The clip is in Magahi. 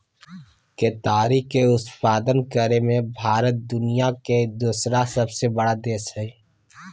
केताड़ी के उत्पादन करे मे भारत दुनिया मे दोसर सबसे बड़ा देश हय